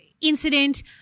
incident